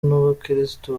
n’abakirisitu